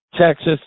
Texas